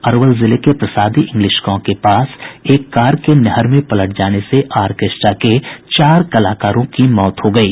अरवल जिले के प्रसादी इंग्लिश गांव के पास एक कार के नहर में पलट जाने से आरकेस्ट्रा के चार कलाकारों की मौत हो गयी